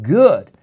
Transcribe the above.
good